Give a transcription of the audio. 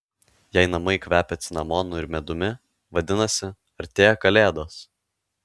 jei namai kvepia cinamonu ir medumi vadinasi artėja kalėdos